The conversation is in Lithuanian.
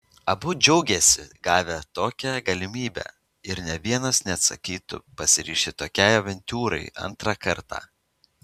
abu džiaugėsi gavę tokią galimybę ir nė vienas neatsisakytų pasiryžti tokiai avantiūrai antrą kartą